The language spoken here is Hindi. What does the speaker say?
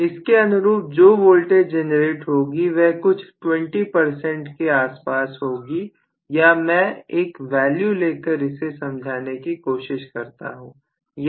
इसके अनुरूप जो वोल्टेज जनरेट होगी वह कुछ 20 के आसपास होगी या मैं एक वैल्यू लेकर इसे समझाने की कोशिश करता हूं